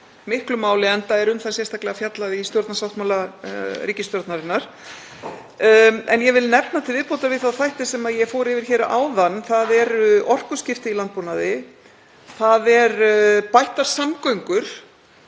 miklu máli, enda er um það sérstaklega fjallað í stjórnarsáttmála ríkisstjórnarinnar. En ég vil nefna, til viðbótar við þá þætti sem ég fór yfir hér áðan, orkuskipti í landbúnaði og bættar samgöngur.